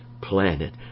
planet